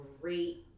great